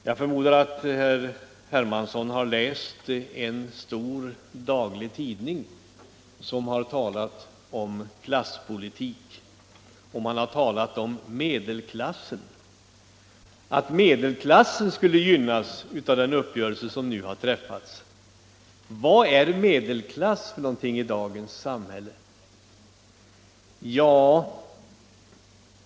Jag förmodar att herr Hermansson har läst en stor daglig tidning som har talat om klasspolitik och om att medelklassen skulle gynnas av den uppgörelse som nu har träffats. Vad är medelklass för någonting i dagens samhälle?